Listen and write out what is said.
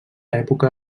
època